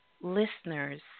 listeners